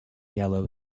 yellow